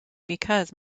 because